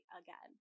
again